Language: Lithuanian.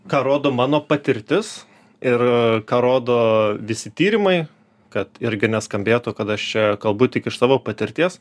ką rodo mano patirtis ir ką rodo visi tyrimai kad irgi neskambėtų kad aš čia kalbu tik iš savo patirties